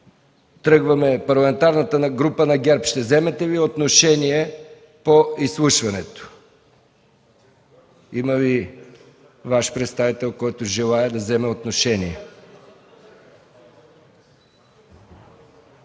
минути. Парламентарната група на ГЕРБ ще вземе ли отношение по изслушването? Има ли Ваш представител, който желае да вземе отношение?